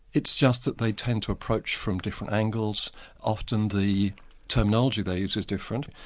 it's just that they tend to approach from different angles often the terminology they use is different,